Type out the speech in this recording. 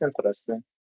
interesting